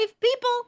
people